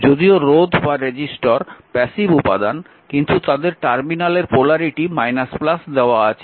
যদিও রোধ বা রেজিস্টর প্যাসিভ উপাদান কিন্তু তাদের টার্মিনালের পোলারিটি দেওয়া আছে